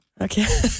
Okay